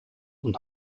und